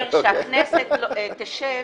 כן לציין שחוק הכנסת אומר שהכנסת תשב